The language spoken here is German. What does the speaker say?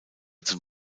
zum